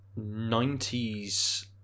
90s